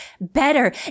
better